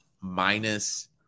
minus